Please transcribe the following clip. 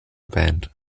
band